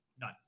none